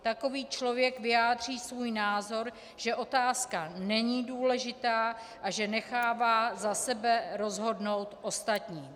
Takový člověk vyjádří svůj názor, že otázka není důležitá a že nechává za sebe rozhodnout ostatní.